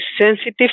sensitive